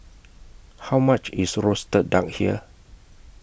How much IS Roasted Duck here